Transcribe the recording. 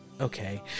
okay